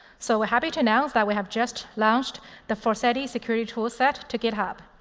so we're happy to announce that we have just launched the forseti security toolset to github.